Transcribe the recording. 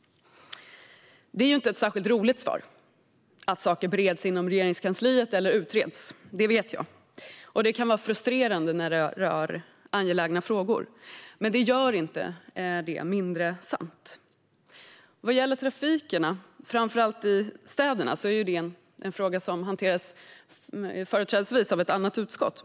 Jag vet att det inte är ett särskilt roligt svar: att saker bereds inom Regeringskansliet eller utreds. Och det kan vara frustrerande när det rör angelägna frågor. Men det gör det inte mindre sant. Frågan om trafiken, framför allt i städerna, är en fråga som företrädesvis hanteras av ett annat utskott.